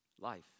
life